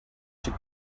she